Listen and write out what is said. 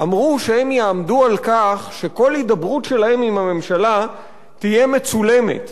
אמרו שהם יעמדו על כך שכל הידברות שלהם עם הממשלה תהיה מצולמת,